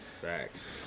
Facts